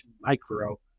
micro